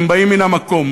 הם באים מן המקום,